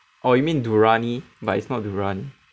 oh you mean durani but it's not durani